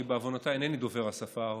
כי בעוונותיי אינני דובר השפה הערבית,